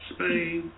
Spain